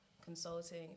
consulting